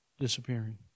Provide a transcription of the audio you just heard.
disappearing